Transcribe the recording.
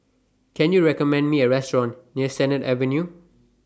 Can YOU recommend Me A Restaurant near Sennett Avenue